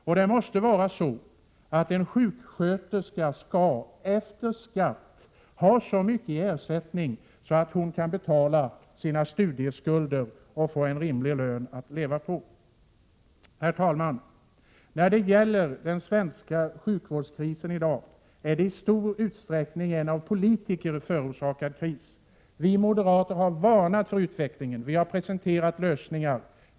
Och en sjuksköterska skall efter skatt ha så mycket i ersättning att hon kan betala sina studieskulder och få en rimlig lön att leva på. Herr talman! Dagens svenska sjukvårdskris är i stor utsträckning en av politiker förorsakad kris. Vi moderater har varnat för utvecklingen och presenterat lösningar.